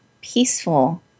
peaceful